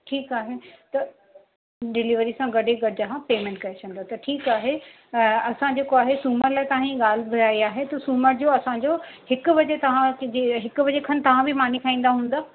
ठीकु आहे त डिलीवरी सां गॾु ई गॾु तव्हां पेमेंट करे छॾींदव त ठीकु आहे असां जेको आहे सूमरु ताईं ॻाल्हि घुराई आहे सूमरु जो असांजो हिकु बजे तव्हांजे हिक बजे खनि तव्हां बि मानी खाईंदा हुंदा